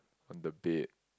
on the bed